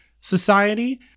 society